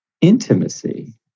intimacy